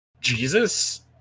jesus